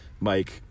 Mike